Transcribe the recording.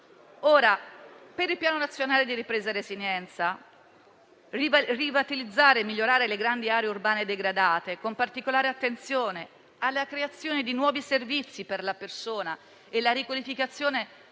Il Piano nazionale di ripresa e resilienza prevede di rivitalizzare e migliorare le grandi aree urbane degradate, con particolare attenzione alla creazione di nuovi servizi per la persona e la riqualificazione